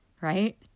right